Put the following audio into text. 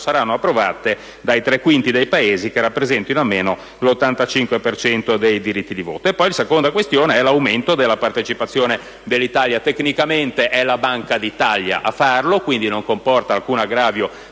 saranno approvate dai tre quinti dei Paesi che rappresentino almeno l'85 per cento dei diritti di voto. La seconda questione è l'aumento della partecipazione dell'Italia. Tecnicamente è la Banca d'Italia a farlo, quindi non comporta alcun aggravio